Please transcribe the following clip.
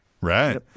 Right